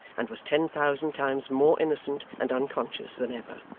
and was ten thousand times more innocent and unconscious than ever.